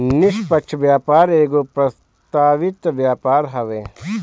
निष्पक्ष व्यापार एगो प्रस्तावित व्यापार हवे